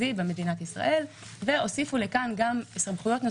הוא הולך לעבודה,